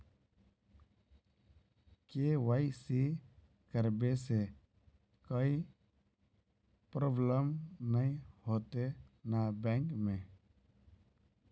KYC करबे से कोई प्रॉब्लम नय होते न बैंक में?